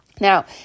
Now